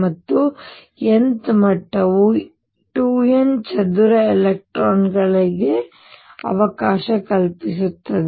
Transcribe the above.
ಮತ್ತು n th ಮಟ್ಟವು 2 n ಚದರ ಎಲೆಕ್ಟ್ರಾನ್ ಗಳಿಗೆ ಅವಕಾಶ ಕಲ್ಪಿಸುತ್ತದೆ